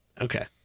Okay